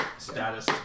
Status